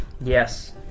Yes